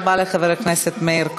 תודה רבה לחבר הכנסת מאיר כהן.